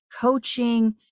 coaching